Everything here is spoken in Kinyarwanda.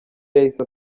yahise